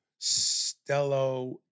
Stello